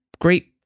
great